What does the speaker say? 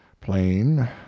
plain